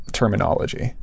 terminology